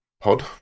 pod